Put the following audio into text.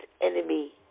enemy